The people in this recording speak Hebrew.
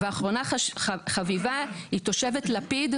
אחרונה חביבה היא תושבת לפיד,